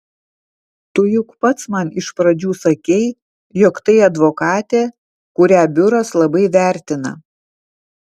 tu juk pats man iš pradžių sakei jog tai advokatė kurią biuras labai vertina